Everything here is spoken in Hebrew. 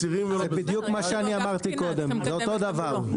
זה בדיוק מה שאני אמרתי קודם, אותו דבר.